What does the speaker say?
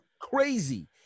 Crazy